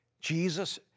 Jesus